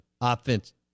offense